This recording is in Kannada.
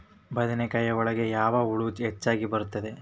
ಬದನೆಕಾಯಿ ಒಳಗೆ ಯಾವ ಹುಳ ಹೆಚ್ಚಾಗಿ ಬರುತ್ತದೆ?